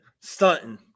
stunting